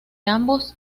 ambos